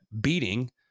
beating